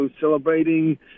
celebrating